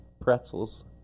pretzels